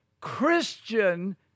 Christian